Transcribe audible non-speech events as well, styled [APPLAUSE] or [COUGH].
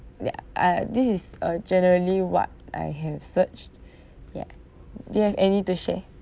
ya uh this is uh generally what I have searched [BREATH] ya do you have any to share